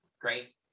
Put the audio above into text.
Great